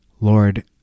Lord